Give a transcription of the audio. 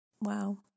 Wow